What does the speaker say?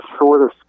shorter